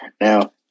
Now